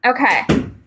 Okay